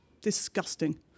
Disgusting